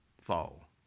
fall